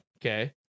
okay